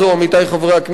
עמיתי חברי הכנסת,